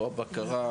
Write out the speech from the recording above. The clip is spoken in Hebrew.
או הבקרה,